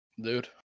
dude